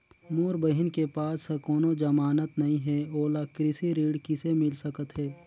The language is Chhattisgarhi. मोर बहिन के पास ह कोनो जमानत नहीं हे, ओला कृषि ऋण किसे मिल सकत हे?